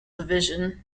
division